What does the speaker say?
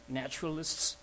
naturalists